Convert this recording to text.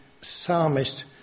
psalmist